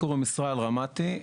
לי קוראים ישראל רמתי,